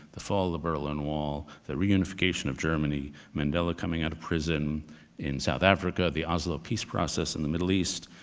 the fall of the berlin wall, the reunification of germany, mandela coming out of prison in south africa, the oslo peace process in the middle east.